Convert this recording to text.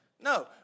No